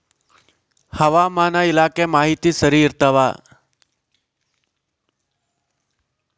ಹವಾಮಾನ ಇಲಾಖೆ ಮಾಹಿತಿ ಸರಿ ಇರ್ತವ?